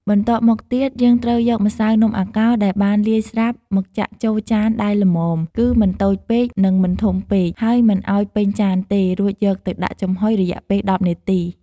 បន្ទាប់មកទៀត យើងត្រូវយកម្សៅនំអាកោរដែលបានលាយស្រាប់មកចាក់ចូលចានដែលល្មម គឺមិនតូចពេក និងមិនធំពេក ហើយមិនឱ្យពេញចានទេ រួចយកទៅដាក់ចំហុយរយៈពេល១០នាទី។